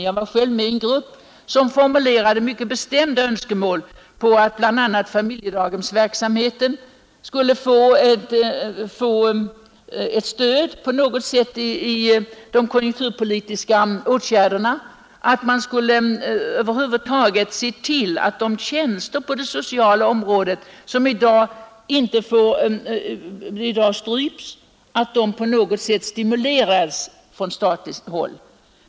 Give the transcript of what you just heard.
Jag var själv med i en grupp som formulerade mycket bestämda önskemål om att bl.a. familjedaghemsverksamheten skulle få ett stöd på något sätt i de konjunkturpolitiska åtgärderna, att man skulle över huvud taget se till att den verksamhet på det sociala området som i dag stryps stimuleras från statligt håll.